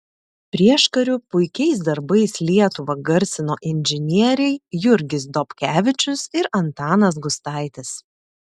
prieškariu puikiais darbais lietuvą garsino inžinieriai jurgis dobkevičius ir antanas gustaitis